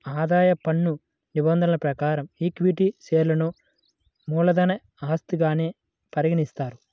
ఆదాయ పన్ను నిబంధనల ప్రకారం ఈక్విటీ షేర్లను మూలధన ఆస్తిగానే పరిగణిస్తారు